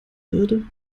würde